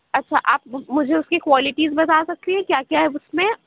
اچھا آپ مجھے اُس كی كوالٹیز بتا سكتے ہیں كیا كیا ہے اُس میں